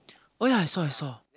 oh ya I saw I saw